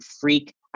freak